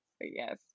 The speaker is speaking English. yes